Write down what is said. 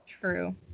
True